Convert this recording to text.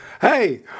Hey